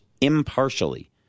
impartially